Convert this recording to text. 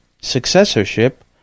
successorship